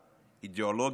אידיאולוגיה אחת,